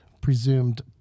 presumed